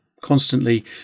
constantly